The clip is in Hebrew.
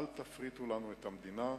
אל תפריטו לנו את המדינה.